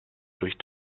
durch